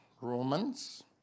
Romans